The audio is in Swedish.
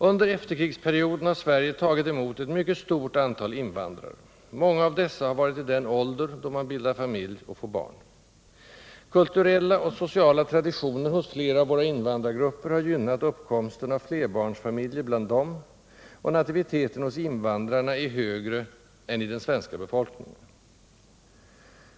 Under efterkrigsperioden har Sverige tagit emot ett mycket stort antal invandrare. Många av dessa har varit i den ålder då man bildar familj och får barn. Kulturella och sociala traditioner hos flera av våra invandrargrupper har gynnat uppkomsten av flerbarnsfamiljer bland dem, och nativiteten hos invandrarna är högre än hos den svenska befolkningen.